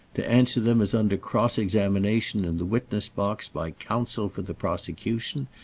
to answer them as under cross-examination in the witness-box by counsel for the prosecution,